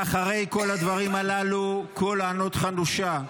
ואחרי כל הדברים הללו, קול ענות חלושה.